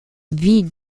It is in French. vit